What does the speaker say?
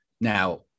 Now